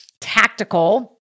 tactical